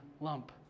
lump